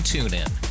TuneIn